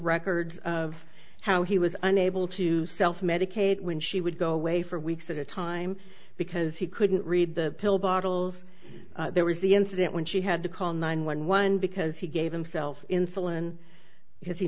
records of how he was unable to self medicate when she would go away for weeks at a time because he couldn't read the pill bottles there was the incident when she had to call nine one one because he gave himself insulin because he